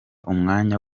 umwanya